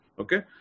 Okay